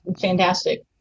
fantastic